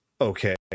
okay